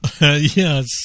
Yes